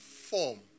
form